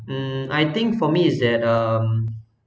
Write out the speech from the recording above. hmm I think for me is that um